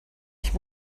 ich